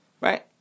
right